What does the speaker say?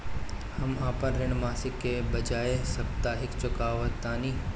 हम अपन ऋण मासिक के बजाय साप्ताहिक चुकावतानी